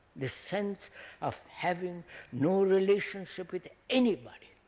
the sense of having no relationship with anybody,